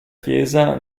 chiesa